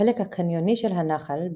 החלק הקניוני של הנחל,